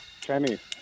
Chinese